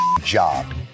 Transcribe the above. job